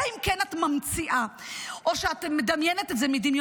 אלא אם כן את ממציאה או שאת מדמיינת את זה מדמיונך,